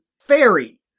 fairy